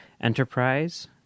Enterprise